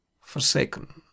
Forsaken